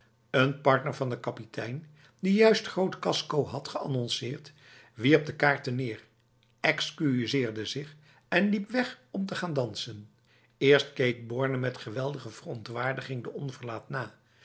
een partner van de kapitein die juist groot casco had geannonceerd wierp de kaarten neer excuseerde zich en liep weg om te gaan dansen eerst keek borne met geweldige verontwaardiging de onverlaat na